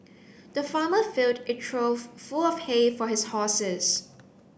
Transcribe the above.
the farmer filled a trough full of hay for his horses